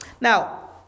Now